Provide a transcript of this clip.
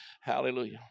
Hallelujah